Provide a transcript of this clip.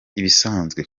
ibisanzwe